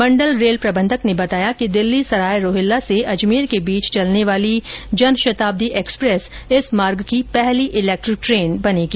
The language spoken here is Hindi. मंडल रेल प्रबंधक ने बताया कि दिल्ली सराय रोहिल्ला से अजमेर के बीच चलने वाली जन शताब्दी एक्सप्रेस इस मार्ग की पहली इलेक्ट्रिक ट्रेन बनेगी